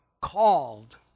called